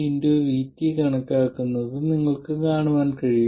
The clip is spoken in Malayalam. ഉണ്ടായിരിക്കും